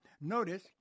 Notice